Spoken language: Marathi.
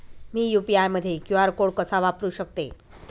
मी यू.पी.आय मध्ये क्यू.आर कोड कसा वापरु शकते?